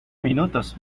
minutos